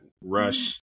rush